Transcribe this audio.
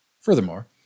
Furthermore